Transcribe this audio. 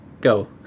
go